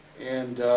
and